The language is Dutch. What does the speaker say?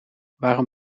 waarom